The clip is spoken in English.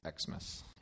Xmas